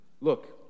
look